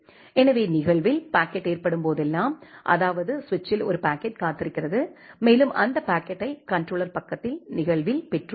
எனவே நிகழ்வில் பாக்கெட் ஏற்படும் போதெல்லாம் அதாவது சுவிட்சில் ஒரு பாக்கெட் காத்திருக்கிறது மேலும் அந்த பாக்கெட்டை கண்ட்ரோலர் பக்கத்தில் நிகழ்வில் பெற்றுள்ளீர்கள்